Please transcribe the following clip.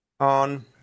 on